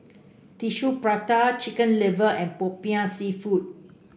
Tissue Prata Chicken Liver and popiah seafood